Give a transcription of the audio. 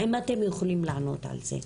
האם אתם יכולים לענות על זה?